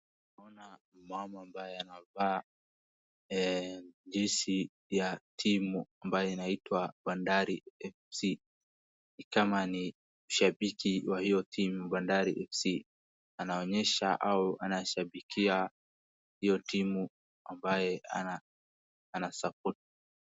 naona mama ambaye anavaa jezi ya timu ambayo inaitwa bandari fc nikama ni shabiki wa hiyo timu bandari fc anaonyesha au anashabikia hiyo timu ambayo ana support